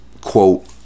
quote